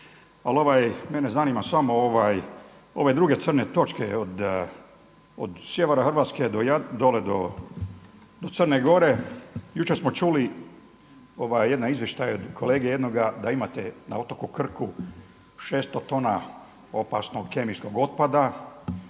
Ali mene zanima samo ove druge crne točke od sjevera Hrvatska dole do Crne Gore. Jučer smo čuli jedan izvještaj kolege jednoga da imate na otoku Krku 600 tona opasnog kemijskog otpada.